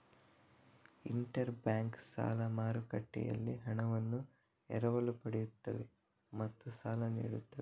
inter bank ಸಾಲ ಮಾರುಕಟ್ಟೆಯಲ್ಲಿ ಹಣವನ್ನು ಎರವಲು ಪಡೆಯುತ್ತವೆ ಮತ್ತು ಸಾಲ ನೀಡುತ್ತವೆ